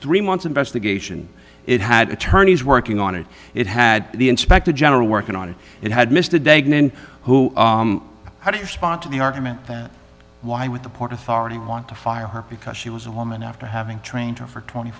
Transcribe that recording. three months investigation it had attorneys working on it it had the inspector general working on it and had missed a day and who how do you respond to the argument that why would the port authority want to fire her because she was a home and after having trained her for twenty